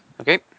okay